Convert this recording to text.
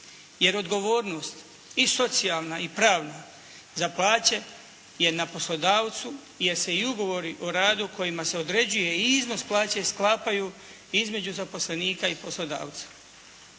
jer odgovornost i socijalna i pravna za plaće je na poslodavcu jer se i ugovori o radu kojima se određuje i iznos plaće sklapaju između zaposlenika i poslodavca.